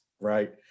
right